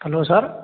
hello sir